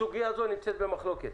הסוגיה הזאת נמצאת במחלוקת,